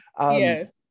Yes